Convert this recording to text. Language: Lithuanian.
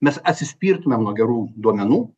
mes atsispirtumėm nuo gerų duomenų